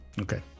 Okay